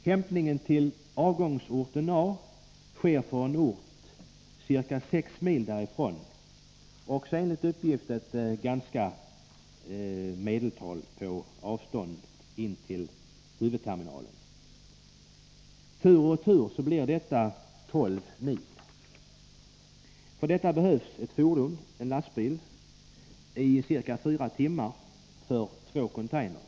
Hämtningen till avgångsorten A sker från en ort ca 6 mil därifrån — enligt uppgift också ett medeltal för avstånd in till huvudterminalen. Tur och retur blir sträckan 12 mil. För det behövs ett fordon, en lastbil, i ca fyra timmar för två containrar.